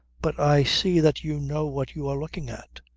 but i see that you know what you are looking at.